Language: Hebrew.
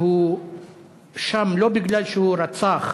הוא שם לא בגלל שהוא רצח